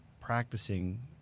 practicing